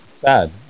sad